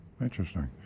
interesting